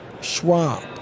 Schwab